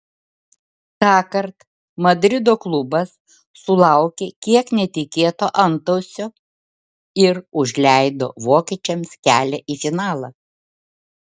tąkart madrido klubas sulaukė kiek netikėto antausio ir užleido vokiečiams kelią į finalą